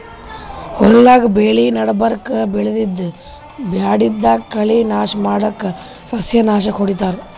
ಹೊಲ್ದಾಗ್ ಬೆಳಿ ನಡಬರ್ಕ್ ಬೆಳ್ದಿದ್ದ್ ಬ್ಯಾಡಗಿದ್ದ್ ಕಳಿ ನಾಶ್ ಮಾಡಕ್ಕ್ ಸಸ್ಯನಾಶಕ್ ಹೊಡಿತಾರ್